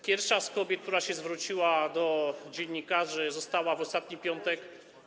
Pierwsza z kobiet, która się zwróciła do dziennikarzy, została w ostatni piątek.